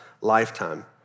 lifetime